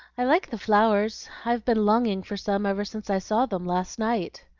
i like the flowers. i've been longing for some ever since i saw them last night.